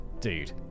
Dude